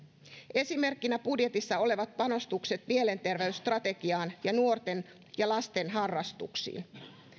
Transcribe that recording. esimerkkinä budjetissa olevat panostukset mielenterveysstrategiaan ja nuorten ja lasten harrastuksiin